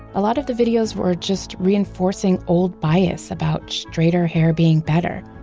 a lot of the videos were just reinforcing old bias about straighter hair being better.